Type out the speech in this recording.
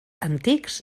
antics